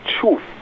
truth